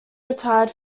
retired